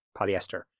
polyester